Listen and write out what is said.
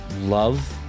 love